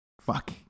fuck